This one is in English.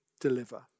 deliver